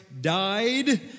died